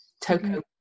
toko